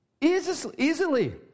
easily